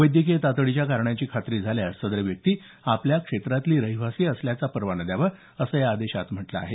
वैद्यकीय तातडीच्या कारणाची खात्री झाल्यास सदर व्यक्ती आपल्या क्षेत्रातली रहिवाशी असल्याचा परवाना द्यावा असं या आदेशात म्हटलं आहे